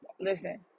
listen